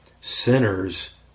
Sinners